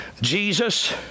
Jesus